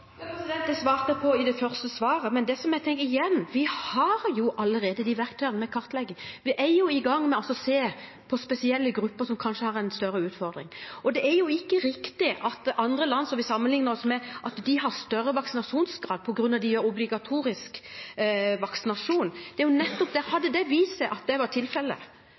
Det svarte jeg på i det første svaret. Vi har allerede de verktøyene med kartlegging, vi er i gang med å se på spesielle grupper som kanskje har en større utfordring. Og det er ikke riktig at andre land som vi sammenligner oss med, har større vaksinasjonsgrad på grunn av at de har obligatorisk vaksinasjon. Hadde det vist seg at det var tilfellet, så er det klart at det